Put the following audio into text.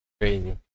crazy